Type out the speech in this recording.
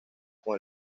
con